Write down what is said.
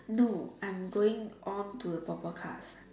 no I'm going on to the purple card